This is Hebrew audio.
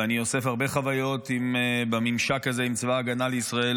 ואני אוסף הרבה חוויות בממשק הזה עם צבא ההגנה לישראל,